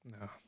no